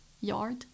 yard